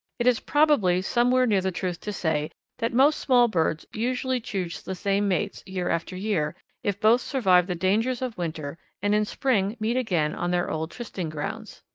it is probably somewhere near the truth to say that most small birds usually choose the same mates year after year if both survive the dangers of winter and in spring meet again on their old trysting grounds.